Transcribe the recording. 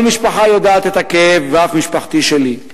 כל משפחה יודעת את הכאב, ואף משפחתי שלי,